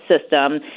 system